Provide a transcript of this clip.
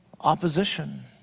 opposition